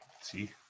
See